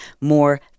more